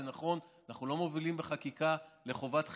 זה נכון, אנחנו לא מובילים בחקיקה לחובת חיסון,